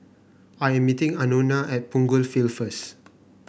I am meeting Anona at Punggol Field first